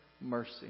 mercy